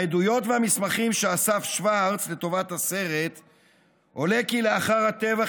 מהעדויות והמסמכים שאסף שוורץ לטובת הסרט עולה כי לאחר הטבח